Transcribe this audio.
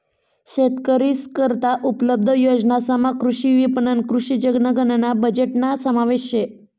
शेतकरीस करता उपलब्ध योजनासमा कृषी विपणन, कृषी जनगणना बजेटना समावेश शे